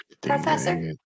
professor